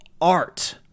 art